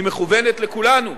היא מכוונת לכולנו.